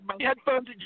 headphones